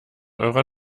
eurer